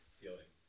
feeling